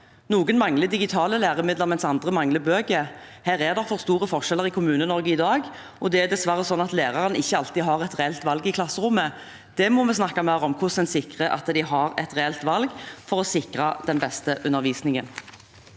Noen mangler digitale læremidler, mens andre mangler bøker. Her er det for store forskjeller i Kommune-Norge i dag, og det er dessverre sånn at læreren ikke alltid har et reelt valg i klasserommet. Det må vi snakke mer om – hvordan en sikrer at de har et reelt valg for å sikre den beste undervisningen.